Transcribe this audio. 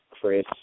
Chris